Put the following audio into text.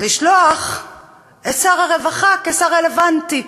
לשלוח את שר הרווחה כשר הרלוונטי